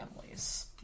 families